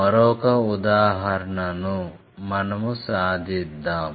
మరొక ఉదాహరణను మనము సాధిద్దాం